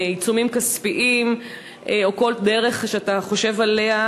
עיצומים כספיים או כל דרך שאתה חושב עליה,